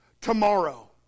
tomorrow